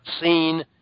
seen